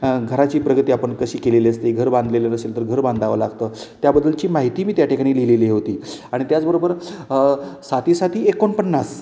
घराची प्रगती आपण कशी केलेली असते घर बांधलेलं नसेल तर घर बांधावं लागतं त्याबद्दलची माहिती मी त्या ठिकाणी लिहिलेली होती आणि त्याचबरोबर साती साती एकोणपन्नास